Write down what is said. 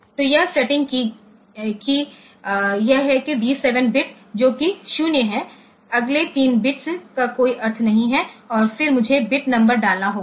तो यह सेटिंग है कि यह है कि डी 7 बिट जो कि 0 है अगले 3 बिट्स का कोई अर्थ नहीं है और फिर मुझे बिट नंबर डालना होगा